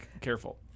Careful